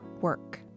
work